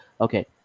okay